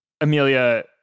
Amelia